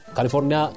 California